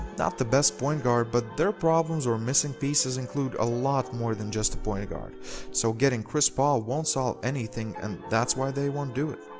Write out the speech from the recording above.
not the best point guard, but their problems or missing pieces include a lot more than just a point guard so getting chris paul won't solve anything and that's why they won't do it.